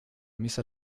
misa